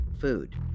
food